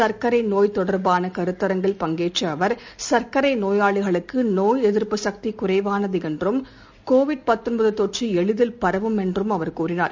சர்க்கரை நோய் தொடர்பாள கருத்தரங்கில் பங்கேற்ற அவர் சர்க்கரை நோயாளிகளுக்கு நோய் எதிர்ப்பு சக்தி குறைவானது என்றும் கொரோனா தொற்று எளிதில் பரவும் என்றும் கூறினார்